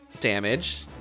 damage